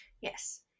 Yes